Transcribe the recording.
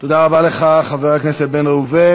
תודה רבה לך, חבר הכנסת בן ראובן.